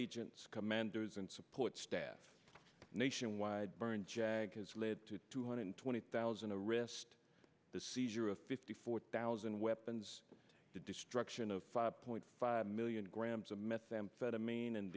agents commanders and support staff nationwide burn jag has led to two hundred twenty thousand a wrist the seizure of fifty four thousand weapons the destruction of five point five million grams of methamphetamine and